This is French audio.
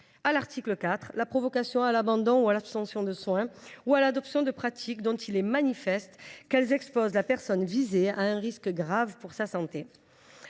à l’article 4, la provocation à l’abandon ou à l’abstention de soins, ou à l’adoption de pratiques dont il est manifeste qu’elles exposent la personne visée à un risque grave pour sa santé.